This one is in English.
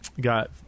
got